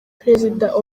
prezida